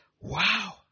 Wow